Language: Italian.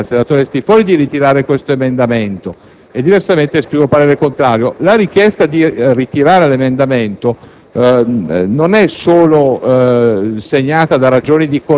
Quindi, rinnovo la richiesta al senatore Stiffoni di ritirare l'emendamento 1.1; diversamente esprimo parere contrario. La richiesta di ritirare l'emendamento